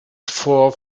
for